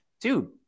dude